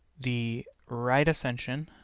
the right ascension,